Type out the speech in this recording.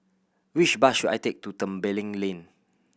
which bus should I take to Tembeling Lane